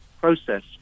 process